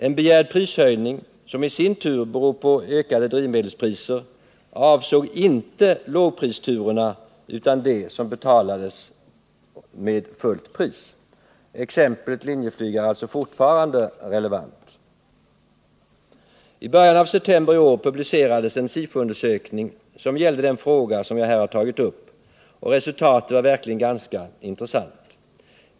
En begärd prishöjning, som i sin tur beror på ökade drivmedelspriser, avsåg inte lågpristurerna utan dem som betalades med fullt pris. Exemplet Linjeflyg är alltså fortfarande relevant. I början av september i år publicerades en Sifoundersökning som gällde den fråga som jag här tagit upp, och resultatet var verkligen ganska intressant.